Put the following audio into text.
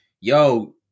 yo